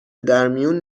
درمیون